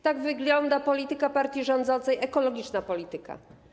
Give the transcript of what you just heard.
Tak wygląda polityka partii rządzącej, ekologiczna polityka.